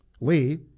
Lee